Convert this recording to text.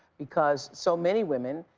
because so many women,